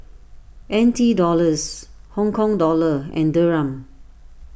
N T Dollars Hong Kong Dollar and Dirham